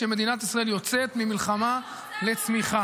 כשמדינת ישראל יוצאת ממלחמה לצמיחה.